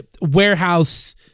warehouse